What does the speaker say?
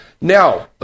Now